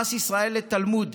פרס ישראל לתלמוד.